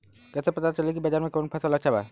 कैसे पता चली की बाजार में कवन फसल अच्छा बा?